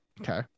Okay